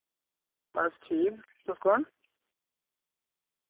बस ठीक तुस कु'न